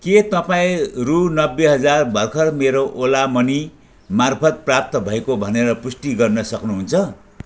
के तपाईँ रु नब्बे हजार भर्खर मेरो ओला मनी मार्फत प्राप्त भएको भनेर पुष्टि गर्नसक्नु हुन्छ